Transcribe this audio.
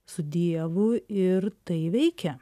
su dievu ir tai veikia